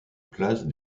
place